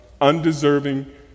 undeserving